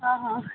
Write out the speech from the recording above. ହଁ ହଁ